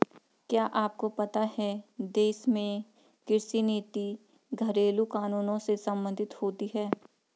क्या आपको पता है देश में कृषि नीति घरेलु कानूनों से सम्बंधित होती है?